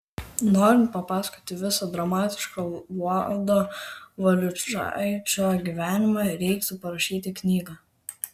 norint papasakoti visą dramatišką vlado valiušaičio gyvenimą reiktų parašyti knygą